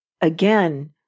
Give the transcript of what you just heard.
again